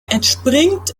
entspringt